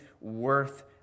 worth